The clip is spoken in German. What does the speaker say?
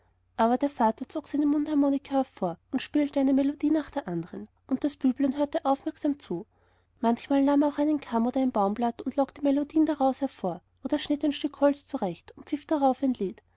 aber der vater zog eine mundharmonika hervor und spielte eine melodie nach der anderen und das büblein hörte aufmerksam zu manchmal nahm er auch einen kamm oder ein baumblatt und lockte melodien daraus hervor oder er schnitt ein stück holz zurecht und pfiff darauf ein lied